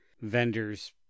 vendor's